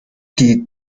die